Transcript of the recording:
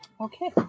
Okay